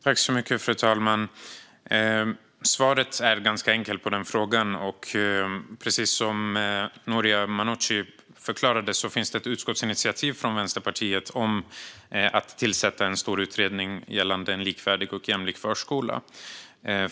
Fru talman! Svaret på den frågan är ganska enkelt. Precis som Noria Manouchi förklarade finns det ett utskottsinitiativ från Vänsterpartiet om att tillsätta en stor utredning gällande en likvärdig och jämlik förskola.